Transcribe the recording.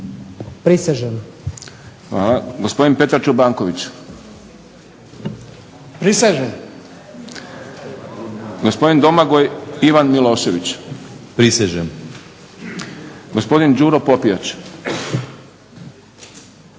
Hvala. Gospodin Petar Čobanković-prisežem, gospodin Domagoj Ivan Milošević-prisežem, gospodin Đuro Popijač-prisežem,